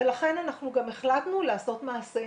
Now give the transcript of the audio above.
לכן גם החלטנו לעשות מעשה,